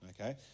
okay